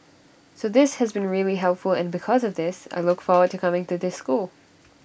so this has been really helpful and because of this I look forward to coming to this school